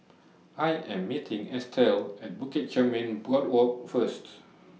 I Am meeting Estelle At Bukit Chermin Boardwalk First